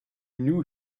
knew